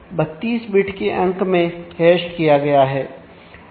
यह 32 बिट के अंक में हैश किया गया है